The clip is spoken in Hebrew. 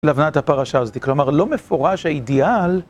להבנת הפרשה הזאת, כלומר, לא מפורש האידיאל.